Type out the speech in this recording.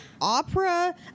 opera